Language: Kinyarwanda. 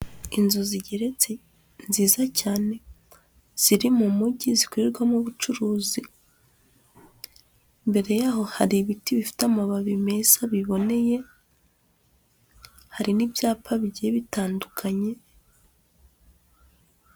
Inzu zigeretse nziza cyane ziri mu mujyi zikorerwamo ubucuruzi, imbere yaho hari ibiti bifite amababi meza biboneye, hari n'ibyapa bigiye bitandukanye.